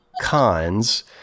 cons